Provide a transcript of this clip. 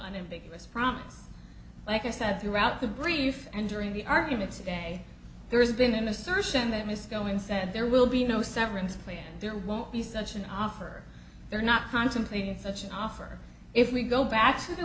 unambiguous promise like i said throughout the brief and during the arguments today there's been an assertion that mr go and said there will be no severance pay and there won't be such an offer they're not contemplating such an offer if we go back to the